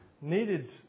needed